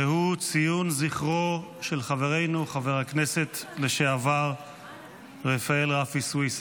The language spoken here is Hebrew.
והוא ציון זכרו של חברנו חבר הכנסת לשעבר רפאל (רפי) סויסה.